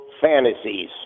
fantasies